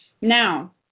Now